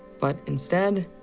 but instead,